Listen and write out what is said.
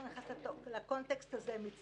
אני מכיר את החוק קצת יותר מכל השוטרים במדינת ישראל.